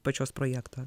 pačios projekto